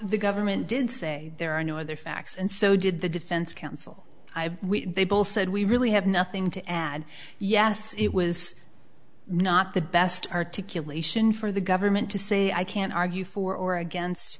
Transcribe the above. the government did say there are no other facts and so did the defense counsel they both said we really have nothing to add yes it was not the best articulation for the government to say i can't argue for or against